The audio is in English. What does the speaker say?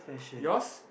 yours